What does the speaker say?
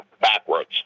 backwards